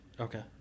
Okay